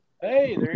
hey